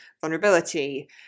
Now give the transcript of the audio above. vulnerability